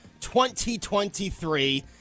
2023